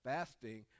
Fasting